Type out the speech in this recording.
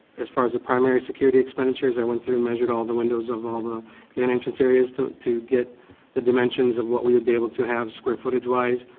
as far as the primary security expenditures, i went thorugh and measured all the windows of all the main entrance areas to to get the dimensions of what we would be up to have square footage wise.